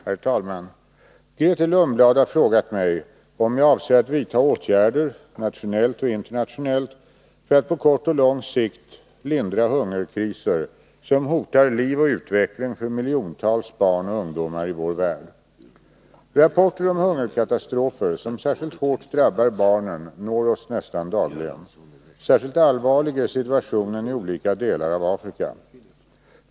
Herr talman! Grethe Lundblad har frågat mig om jag avser att vidta åtgärder — nationellt och internationellt — för att på kort och lång sikt lindra hungerkriser som hotar liv och utveckling för miljontals barn och ungdomar i vår värld. Rapporter om hungerkatastrofer, som särskilt hårt drabbar barnen, når oss nästan dagligen. Särskilt allvarlig är situationen i olika delar av Afrika.